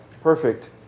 perfect